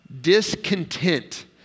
Discontent